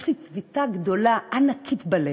יש לי צביטה גדולה, ענקית, בלב,